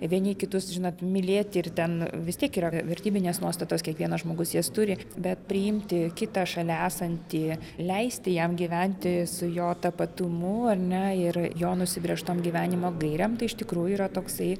vieni kitus žinot mylėti ir ten vis tiek yra ver vertybinės nuostatos kiekvienas žmogus jas turi bet priimti kitą šalia esantį leisti jam gyventi su jo tapatumu ar ne ir jo nusibrėžtom gyvenimo gairėm tai iš tikrųjų yra toksai